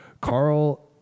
carl